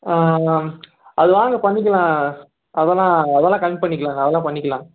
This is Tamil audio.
ஆ அது வாங்க பண்ணிக்கலாம் அதெல்லாம் அதெல்லாம் கம்மி பண்ணிக்கலாம் அதெல்லாம் பண்ணிக்கலாம்